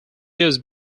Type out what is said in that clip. years